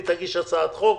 היא תגיש הצעת חוק.